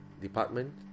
department